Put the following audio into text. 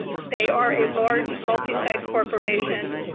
they are a large, multisite corporation.